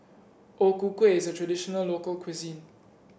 O Ku Kueh is a traditional local cuisine